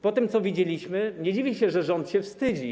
Po tym, co widzieliśmy, nie dziwię się, że rząd się wstydzi.